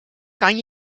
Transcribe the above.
kan